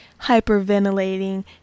hyperventilating